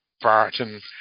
Barton